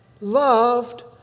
loved